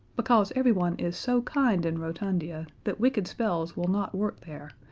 because everyone is so kind in rotundia that wicked spells will not work there,